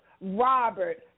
Robert